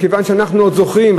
אנחנו עוד זוכרים,